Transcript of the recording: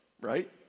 right